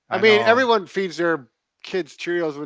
i mean everyone feeds their kids cheerios.